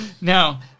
now